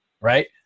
Right